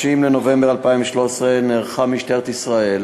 ב-30 בנובמבר 2013 נערכה משטרת ישראל